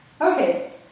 Okay